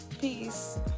peace